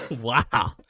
Wow